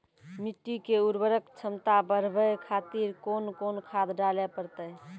मिट्टी के उर्वरक छमता बढबय खातिर कोंन कोंन खाद डाले परतै?